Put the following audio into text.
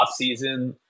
offseason